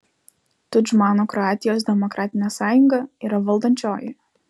tudžmano kroatijos demokratinė sąjunga yra valdančioji